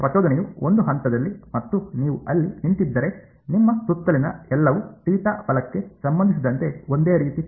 ಪ್ರಚೋದನೆಯು ಒಂದು ಹಂತದಲ್ಲಿ ಮತ್ತು ನೀವು ಅಲ್ಲಿ ನಿಂತಿದ್ದರೆ ನಿಮ್ಮ ಸುತ್ತಲಿನ ಎಲ್ಲವೂ ಥೀಟಾ ಬಲಕ್ಕೆ ಸಂಬಂಧಿಸಿದಂತೆ ಒಂದೇ ರೀತಿ ಕಾಣುತ್ತದೆ